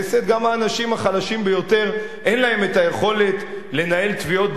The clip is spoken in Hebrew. גם האנשים החלשים ביותר אין להם היכולת לנהל תביעות דיבה.